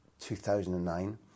2009